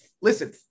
Listen